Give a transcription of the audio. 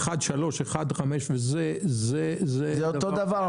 אבל זה אותו דבר,